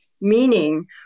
meaning